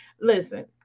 Listen